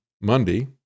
Monday